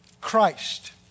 Christ